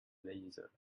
leisure